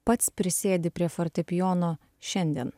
pats prisėdi prie fortepijono šiandien